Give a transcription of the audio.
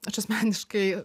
aš asmeniškai